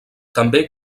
també